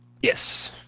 yes